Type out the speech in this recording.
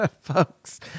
folks